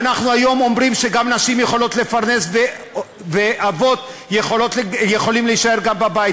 אנחנו היום אומרים שגם נשים יכולות לפרנס ואבות יכולים גם להישאר בבית.